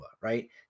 right